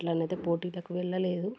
అట్లా అని అయితే పోటీలకు వెళ్ళలేదు